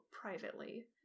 privately